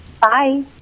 Bye